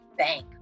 Bank